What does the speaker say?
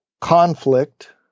Conflict